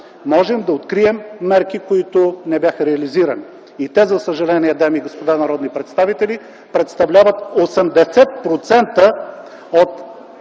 можем да открием мерки, които не бяха реализирани. За съжаление, дами и господа народни представители, те представляват 80% от